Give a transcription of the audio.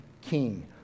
king